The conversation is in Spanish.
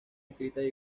escritas